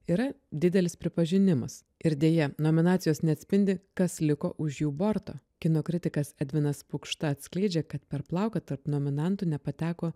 yra didelis pripažinimas ir deja nominacijos neatspindi kas liko už jų borto kino kritikas edvinas pukšta atskleidžia kad per plauką tarp nominantų nepateko